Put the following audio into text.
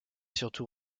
surtout